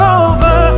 over